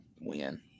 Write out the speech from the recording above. win